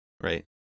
right